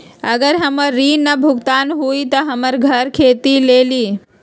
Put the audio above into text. अगर हमर ऋण न भुगतान हुई त हमर घर खेती लेली?